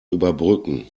überbrücken